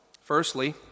Firstly